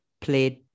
played